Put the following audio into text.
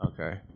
Okay